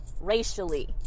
racially